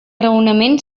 raonament